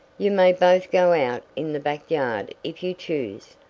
you may both go out in the back yard if you choose.